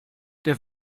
der